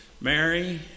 Mary